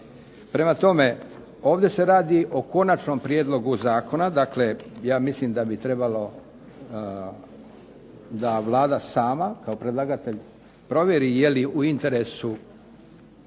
Prema tome, ovdje se radi o Konačnom prijedlogu zakona, dakle ja mislim da bi trebalo da Vlada kao predlagatelj provjeri je li u interesu